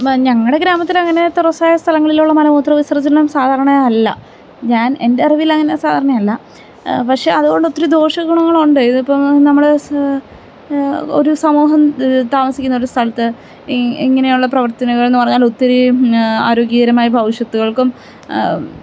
ആ ഞങ്ങളുടെ ഗ്രാമത്തിൽ അങ്ങനെ തുറസായ സ്ഥലങ്ങളിൽ ഉള്ള മലമൂത്ര വിസർജനം സാധാരണയല്ല ഞാൻ എൻ്റെ അറിവിൽ അങ്ങനെ സാധാരണയല്ല പക്ഷേ അതുകൊണ്ട് ഒത്തിരി ദോഷ ഗുണങ്ങൾ ഉണ്ട് ഇതിപ്പം നമ്മൾ ഒരു സമൂഹം താമസിക്കുന്ന ഒരു സ്ഥലത്ത് ഇങ്ങനെയുള്ള പ്രവർത്തനകൾ എന്ന് പറഞ്ഞാൽ ഒത്തിരി ആരോഗ്യകരമായ ഭവിഷ്യത്ത്കൾക്കും